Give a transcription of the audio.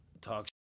talk